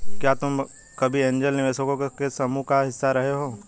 क्या तुम कभी ऐन्जल निवेशकों के समूह का हिस्सा रहे हो?